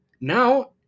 Now